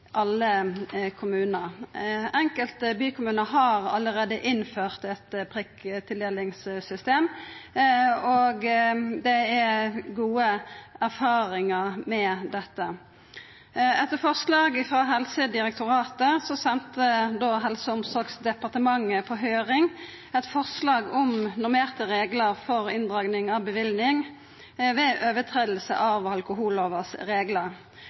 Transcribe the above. alle kommunar. Enkelte bykommunar har allereie innført eit prikktildelingssystem, og det er gode erfaringar med dette. Etter forslag frå Helsedirektoratet sende Helse- og omsorgsdepartementet på høyring eit forslag om normerte reglar for inndraging av bevilling ved brot på alkohollovas reglar